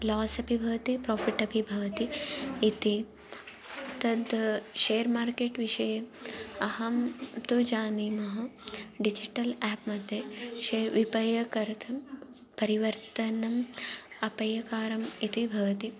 Los अपि भवति profit अपि भवति इति तद् शेर् मार्केट् विषये अहं तु जानीमः डिजिटल् एप्मध्ये शेर् विपय्य कर्तुं परिवर्तनम् अपायकारम् इति भवति